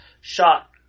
shot